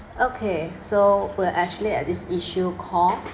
okay so we're actually at this issue called